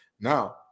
Now